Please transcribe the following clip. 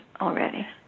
already